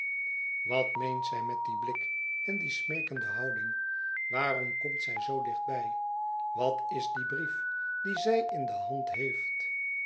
wat meent zij met dien blik en die smeekende houding waarom komt zij zoo dichtbij wat is die brief dien zij in de hand heeft